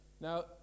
Now